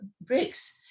bricks